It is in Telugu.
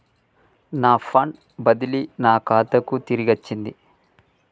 నా ఫండ్ బదిలీ నా ఖాతాకు తిరిగచ్చింది